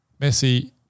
Messi